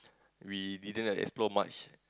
we didn't like explore much